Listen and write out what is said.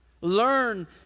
Learn